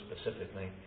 specifically